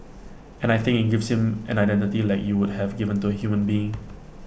and I think IT gives him an identity like you would have given to A human being